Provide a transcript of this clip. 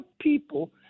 people